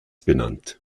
benannt